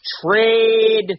trade